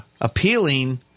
appealing